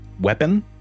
weapon